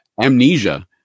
amnesia